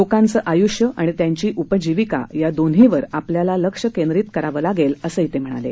लोकांचं आयुष्य आणि त्यांची उपजीविका या दोन्हींवर आपल्याला लक्ष केंद्रित करावं लागेल असं ते म्हणाले